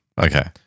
Okay